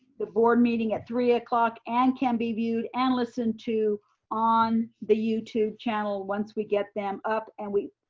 the board meeting at three o'clock and can be viewed and listened to on the youtube channel once we get them up and we,